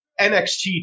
NXT